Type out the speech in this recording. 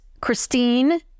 Christine